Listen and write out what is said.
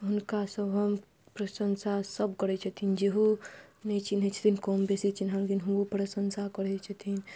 हुनका सब हम प्रशंसा सब करै छथिन जेहो नहि चिन्है छथिन कम बेसी चिन्हलखिन ओहो प्रशंसा करै छथिन